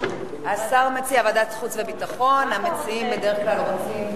500 יחידות, מה מציע כבוד השר?